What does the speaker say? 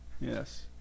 Yes